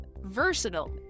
versatile